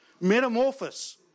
Metamorphosis